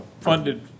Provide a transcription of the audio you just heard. funded